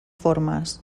formes